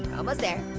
almost there,